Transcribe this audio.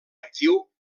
actiu